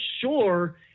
sure